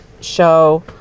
show